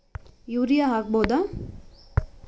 Urea ಹಾಕ್ ಬಹುದ?